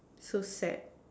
so sad